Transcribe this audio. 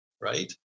right